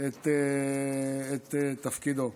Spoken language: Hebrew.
את תפקידו.